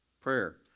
prayer